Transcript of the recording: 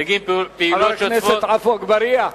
בגין פעילויות שוטפות, חבר הכנסת עפו אגבאריה,